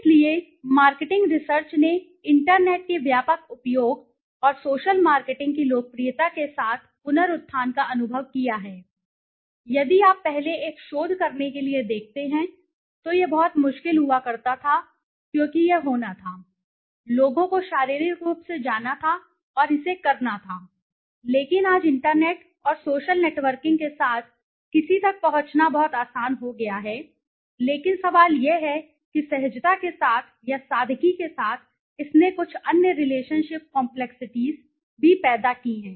इसलिए marketing research ने internet के व्यापक उपयोग और सोशल मार्केटिंग की लोकप्रियता के साथ पुनरुत्थान का अनुभव किया है यदि आप पहले एक शोध करने के लिए देखते हैं तो यह बहुत मुश्किल हुआ करता था क्योंकि यह होना था लोगों को शारीरिक रूप से जाना था और इसे करना था लेकिन आज इंटरनेट और सोशल नेटवर्किंग के साथ किसी तक पहुंचना बहुत आसान हो गया है लेकिन सवाल यह है कि सहजता के साथ या सादगी के साथ इसने कुछ अन्य रिलेशनशिप कॉम्प्लेक्सिटीज़ भी पैदा की हैं